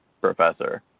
Professor